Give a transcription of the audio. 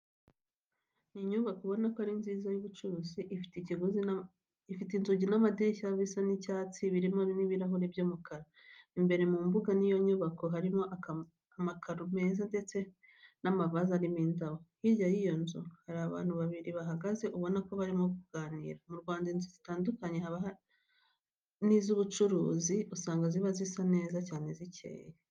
Ni inyubako ubona ko ari nziza y'ubucuruzi, ifite inzugi n'amadirishya bisa icyatsi birimo ibirahure by'umukara. Imbere mu mbuga y'iyo nyubako harimo amakaro meza ndetse n'amavaze arimo indabo. Hirya y'iyo nzu hari abantu babiri bahahagaze ubona ko barimo kuganira. Mu Rwanda inzu zitandukanye haba n'iz'ubucuruzi usanga ziba zisa neza cyane zikeye.